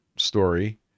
story